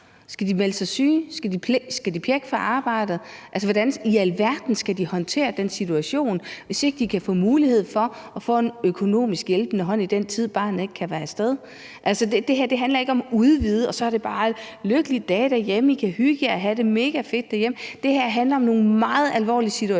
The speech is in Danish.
Skal de melde sig syge? Skal de pjække fra arbejdet? Hvordan i alverden skal de håndtere den situation, hvis ikke de kan få mulighed for at få en økonomisk hjælpende hånd i den tid, barnet ikke kan komme af sted? Altså, det her handler ikke om at udvide, og så er der bare lykkelige dage derhjemme, hvor man kan hygge sig og have det megafedt. Det her handler om nogle meget alvorlige situationer